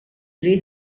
three